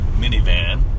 minivan